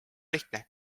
lihtne